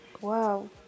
wow